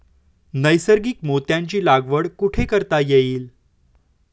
नैसर्गिक मोत्यांची लागवड कुठे करता येईल?